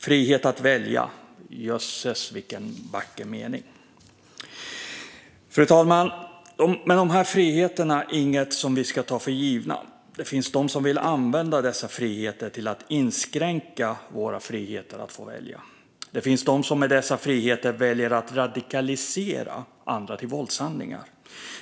Frihet att välja - jösses, vilken vacker mening! Fru talman! Dessa friheter ska dock inte tas för givna. Det finns de som vill använda dessa friheter för att inskränka vår frihet att välja. Det finns de som med hjälp av dessa friheter väljer att radikalisera andra till våldshandlingar.